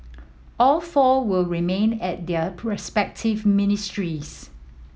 all four will remained at their respective ministries